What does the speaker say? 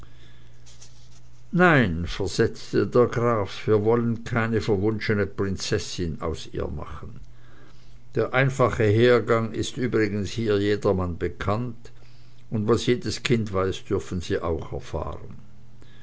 nein versetzte der graf wir wollen keine verwunschene prinzessin aus ihr machen der einfache hergang ist übrigens hier jedermann bekannt und was jedes kind weiß dürfen sie auch erfahren